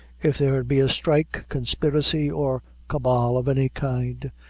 if there be a strike, conspiracy, or cabal of any kind,